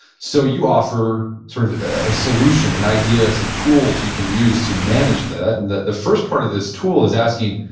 so you offer sort of a solution, an idea, some tools you can use to manage that. and the first part of this tool is asking,